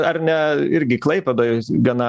ar ne irgi klaipėdoj gana